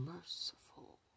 Merciful